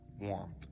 warmth